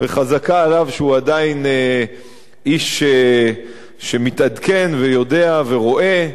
וחזקה עליו שהוא עדיין איש שמתעדכן ויודע ורואה,